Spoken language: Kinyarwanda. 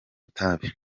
itabi